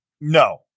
No